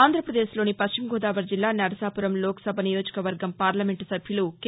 ఆంధ్రప్రదేశ్లోని పశ్చిమ గోదావరి జిల్లా నరసాపురం లోక్ సభ నియోజకవర్గం పార్లమెంటు సభ్యులు కె